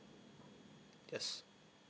yes